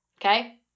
okay